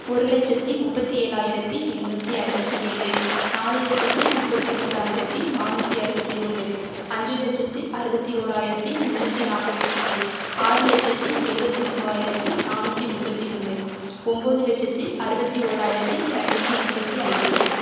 ஒரு லட்சத்தி முப்பத்தி ஏழாயிரத்தி எண்ணூற்றி அறுபத்தி ஏழு நாலு லட்சத்தி முப்பத்தி ஒம்பதாயிரத்தி நானூற்றி அறுபத்தி ஒன்று அஞ்சு லட்சத்தி அறுபத்தி ஓராயிரத்தி முன்னூற்றி நாற்பத்தி ஒன்று ஆறு லட்சத்தி எழுபத்தி மூவாயிரத்தி நானூற்றி முப்பத்தி ஒன்று ஒம்போது லட்சத்தி அறுபத்தி ஓராயிரத்தி இரநூத்தி முப்பத்தி ஐந்து